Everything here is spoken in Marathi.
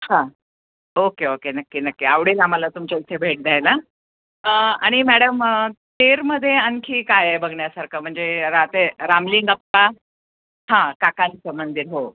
हां ओके ओके नक्की नक्की आवडेल आम्हाला तुमच्या इथे भेट द्यायला आणि मॅडम तेरमध्ये आणखी काय आहे बघण्यासारखं म्हणजे राहते रामलिंगअप्पा हां काकांचं मंदिर हो